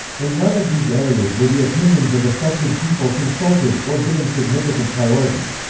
in none of these areas were the opinions of affected people consulted, or given significant priority.